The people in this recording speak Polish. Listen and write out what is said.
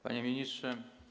Panie Ministrze!